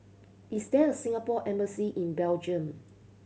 is there a Singapore Embassy in Belgium